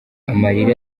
amarira